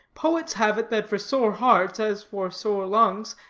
poets have it that for sore hearts, as for sore lungs,